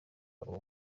uwo